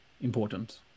important